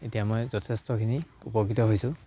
এতিয়া মই যথেষ্টখিনি উপকৃত হৈছোঁ